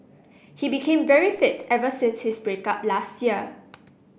he became very fit ever since his break up last year